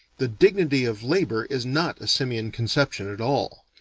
the dignity of labor is not a simian conception at all.